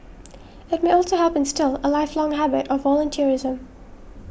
it may also help instil a lifelong habit of volunteerism